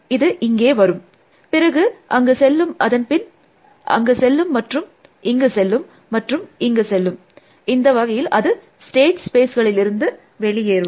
இது இங்கே வரும் பிறகு அங்கு செல்லும் அதன் பின் அங்கு செல்லும் மற்றும் இங்கு செல்லும் மற்றும் இங்கு செல்லும் இந்த வகையில் அது ஸ்டேட் ஸ்பேஸ்களிலிருந்து வெளியேறும்